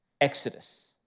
Exodus